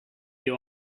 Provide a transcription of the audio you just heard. you